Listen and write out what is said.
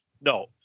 No